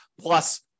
plus